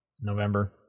November